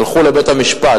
הלכו לבית-משפט,